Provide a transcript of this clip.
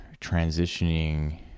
transitioning